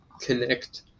connect